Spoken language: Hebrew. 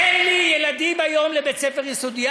גם בית-ספר, אין לי ילדים היום בבית-ספר יסודי.